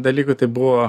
dalykų tai buvo